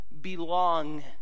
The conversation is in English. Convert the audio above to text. belong